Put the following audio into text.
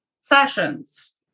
sessions